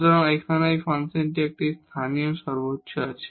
সুতরাং এখানেও এই ফাংশনের একটি লোকাল ম্যাক্সিমা আছে